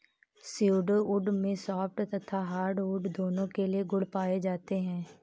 pseudo wood में soft तथा hardwood दोनों के गुण पाए जाते हैं